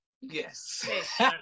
Yes